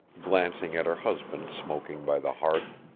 glancing at her husband smoking by the hearth.